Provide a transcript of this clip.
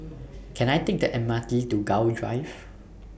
Can I Take The MRT to Gul Drive